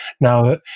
Now